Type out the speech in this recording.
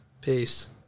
peace